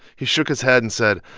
he shook his head and said,